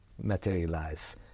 materialize